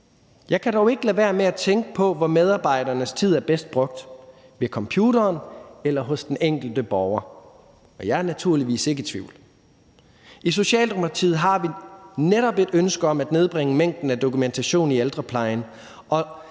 Jeg kan dog ikke lade være med at tænke på, hvor medarbejdernes tid er bedst brugt: ved computeren eller hos den enkelte borger? Jeg er naturligvis ikke i tvivl. I Socialdemokratiet har vi netop et ønske om at nedbringe mængden af dokumentation i ældreplejen